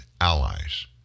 allies